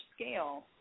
scale